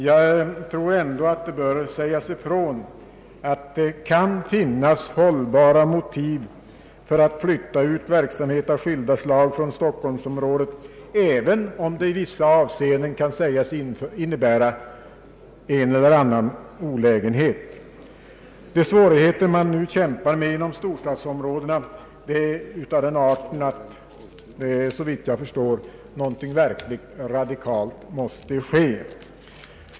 Jag tror ändå att det bör sägas ifrån att det kan finnas hållbara motiv för att flytta ut verksamheter av skilda slag från Stockholmsområdet, även om det i vissa avseenden kan innebära en eller annan olägenhet. De svårigheter man nu kämpar med inom storstadsområdena är av den arten att något verkligt radikalt måste ske.